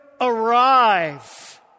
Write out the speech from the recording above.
arrive